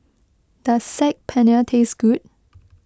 does Saag Paneer taste good